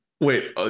Wait